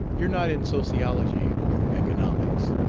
you're not in sociology or economics.